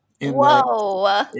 Whoa